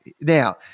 now